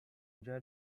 منجر